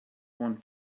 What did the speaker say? want